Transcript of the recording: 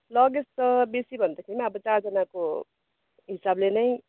luggage त बेसीभन्दाखेरि पनि अब चारजनाको हिसाबले नै